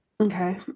Okay